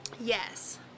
Yes